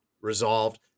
resolved